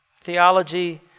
Theology